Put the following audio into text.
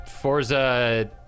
Forza